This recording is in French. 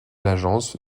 l’agence